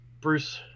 Bruce